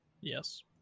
Yes